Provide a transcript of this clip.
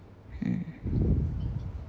mm